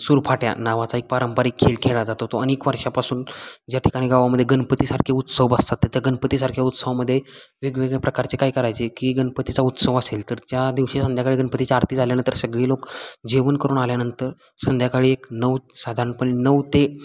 सुरफाट्या नावाचा एक पारंपरिक खेळ खेळला जातो तो अनेक वर्षापासून ज्या ठिकाणी गावामध्ये गणपतीसारखे उत्सव बसतात त्या गणपतीसारख्या उत्सवामध्ये वेगवेगळ्या प्रकारचे काय करायचे की गणपतीचा उत्सव असेल तर त्या दिवशी संध्याकाळी गणपतीच्या आरती झाल्यानंतर सगळे लोक जेवण करून आल्यानंतर संध्याकाळी एक नऊ साधारणपणे नऊ ते